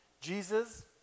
Jesus